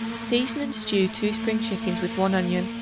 season and stew two spring chickens with one onion,